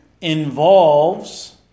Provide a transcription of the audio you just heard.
involves